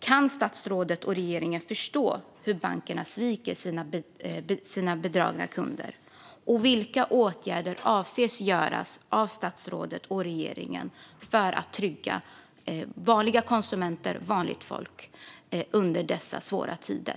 Kan statsrådet och regeringen förstå hur bankerna sviker sina bedragna kunder, och vilka åtgärder avser statsrådet och regeringen att vidta för att trygga situationen för vanliga konsumenter och vanligt folk under dessa svåra tider?